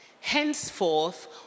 henceforth